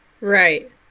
Right